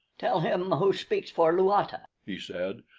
tell him who speaks for luata, he said,